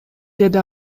деди